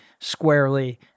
squarely